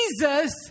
Jesus